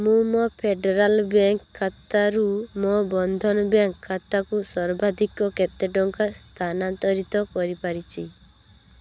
ମୁଁ ମୋ Federal Bank ଖାତାରୁ ମୋ ବନ୍ଧନ ବ୍ୟାଙ୍କ୍ ଖାତାକୁ ସର୍ବାଧିକ କେତେ ଟଙ୍କା ସ୍ଥାନାନ୍ତରିତ କରିପାରିଛି